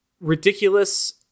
ridiculous